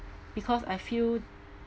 because I feel